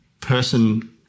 person